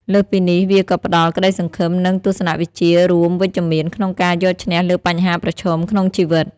លើសពីនេះ វាក៏ផ្ដល់ក្តីសង្ឃឹម និងទស្សនវិជ្ជារួមវិជ្ជមានក្នុងការយកឈ្នះលើបញ្ហាប្រឈមក្នុងជីវិត។